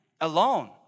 alone